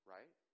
Right